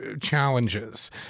challenges